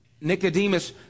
Nicodemus